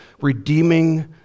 redeeming